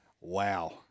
Wow